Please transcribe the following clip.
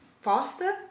faster